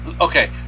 okay